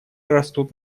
растут